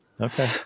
okay